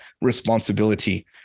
responsibility